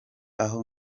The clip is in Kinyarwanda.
aho